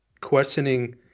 questioning